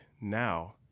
now